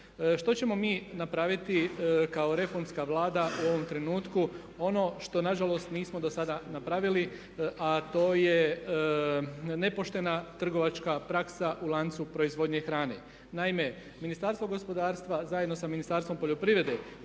Što ćemo mi napraviti kao reformska Vlada u ovom trenutku, ono što nažalost nismo dosada napravili a to je nepoštena trgovačka praksa u lancu proizvodnje hrane. Naime, Ministarstvo gospodarstva zajedno sa Ministarstvom poljoprivrede